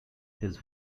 his